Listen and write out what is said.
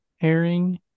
Herring